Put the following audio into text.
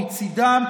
מצידם,